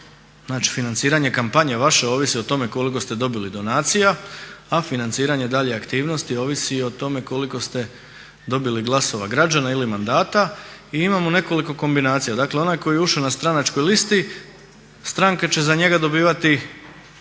znači financiranje kampanje vaše ovisi o tome koliko ste dobili donacija, a financiranje dalje aktivnosti ovisi i o tome koliko ste dobili glasova građana ili mandata. I imamo nekoliko kombinacija. Dakle, onaj koji je ušao na stranačkoj listi stranke će za njega dobivati